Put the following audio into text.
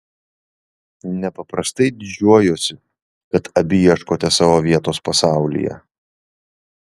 nepaprastai didžiuojuosi kad abi ieškote savo vietos pasaulyje